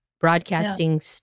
Broadcasting